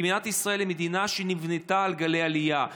כי ישראל היא מדינה שנבנתה על גלי עלייה.